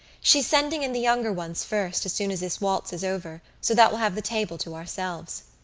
she's sending in the younger ones first as soon as this waltz is over so that we'll have the table to ourselves.